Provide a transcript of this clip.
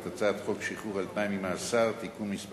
את הצעת חוק שחרור על-תנאי ממאסר (תיקון מס'